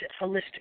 holistic